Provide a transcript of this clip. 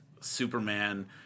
Superman